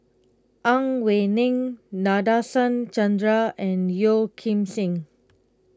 Ang Wei Neng Nadasen Chandra and Yeo Kim Seng